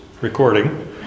recording